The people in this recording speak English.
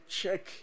check